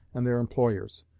and their employers.